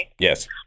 Yes